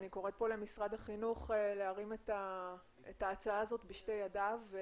אני קוראת למשרד החינוך להרים את ההצעה בשתי הידיים.